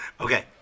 okay